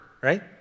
right